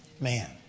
man